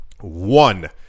one